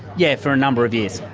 yes, for a number of years.